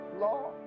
law